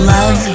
Love